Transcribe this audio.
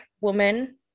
woman